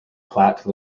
platte